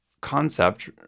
concept